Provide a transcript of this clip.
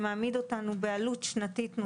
שמעמיד אותנו בעלות שנתית נוספת.